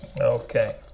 Okay